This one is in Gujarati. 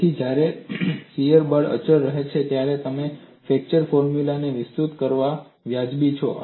તેથી જ્યારે શીયર બળ અચળ રહે ત્યારે તમે ફ્લેક્ચર ફોર્મ્યુલા ને વિસ્તૃત કરવામાં વાજબી છો